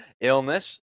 illness